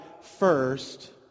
first